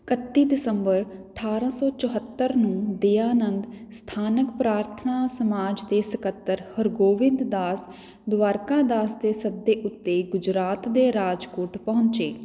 ਇਕੱਤੀ ਦਸੰਬਰ ਅਠਾਰਾਂ ਸੌ ਚੌਹੱਤਰ ਨੂੰ ਦਯਾਨੰਦ ਸਥਾਨਕ ਪ੍ਰਾਰਥਨਾ ਸਮਾਜ ਦੇ ਸਕੱਤਰ ਹਰਗੋਵਿੰਦ ਦਾਸ ਦੁਵਾਰਕਾਦਾਸ ਦੇ ਸੱਦੇ ਉੱਤੇ ਗੁਜਰਾਤ ਦੇ ਰਾਜਕੋਟ ਪਹੁੰਚੇ